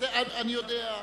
אני יודע,